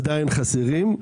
עדיין חסרים.